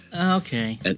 Okay